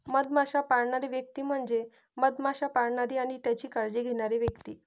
मधमाश्या पाळणारी व्यक्ती म्हणजे मधमाश्या पाळणारी आणि त्यांची काळजी घेणारी व्यक्ती